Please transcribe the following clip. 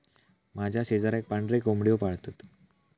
माझ्या शेजाराक पांढरे कोंबड्यो पाळतत